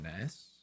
nice